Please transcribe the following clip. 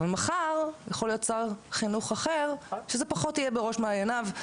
אבל מחר יכול להיות שר חינוך אחר שזה פחות יהיה בראש מעייניו,